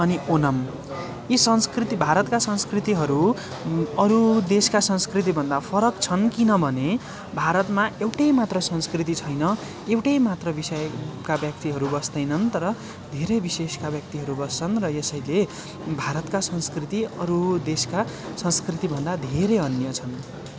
अनि ओनाम यी संस्कृति भारतका संस्कृतिहरू अरू देशका संस्कृतिभन्दा फरक छन् किनभने भारतमा एउटै मात्र संस्कृति छैन एउटै मात्र विषयका व्यक्तिहरू बस्दैनन् तर धेरै विशेषका व्यक्तिहरू बस्छन् र यसैले भारतका संस्कृति अरू देशका संस्कृतिभन्दा धेरै अन्य छन्